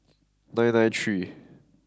nine nine three